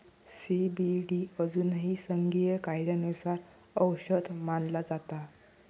CBD अजूनही संघीय कायद्यानुसार औषध मानला जाता